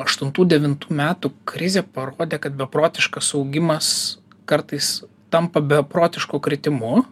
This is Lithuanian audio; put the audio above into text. aštuntų devintų metų krizė parodė kad beprotiškas augimas kartais tampa beprotišku kritimu